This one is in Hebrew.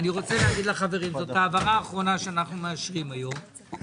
אני רוצה לומר לחברים זו ההעברה האחרונה שנאשר היום,